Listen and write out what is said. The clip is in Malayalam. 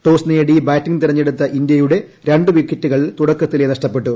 ടോസ് നേടി ബാറ്റിംഗ് തെരഞ്ഞെടുത്തി ഇന്ത്യയുടെ ര ് വിക്കറ്റുകൾ തുടക്കത്തിലേ നഷ്ടപ്പെട്ടു